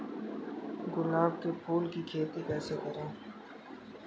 गुलाब के फूल की खेती कैसे करें?